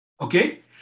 Okay